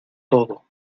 todo